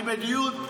אני בדיון.